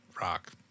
rock